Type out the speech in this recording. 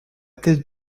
tête